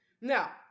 Now